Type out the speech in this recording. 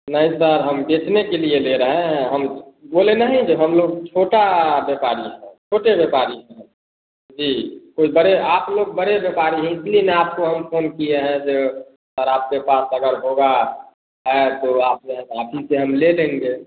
नहीं सर हम बचने के लिए ले रहे हैं हम बोले नहीं कि हम लोग छोटा व्यापारी हैं छोटे व्यापारी हैं जी तो बड़े आप लोग बड़े व्यापारी हैं इसीलिए ना आपको हम फोन किए हैं कि और आपके पास अगर होगा है तो आपसे आप ही से हम ले लेंगे